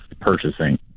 purchasing